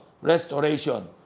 restoration